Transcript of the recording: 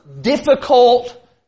difficult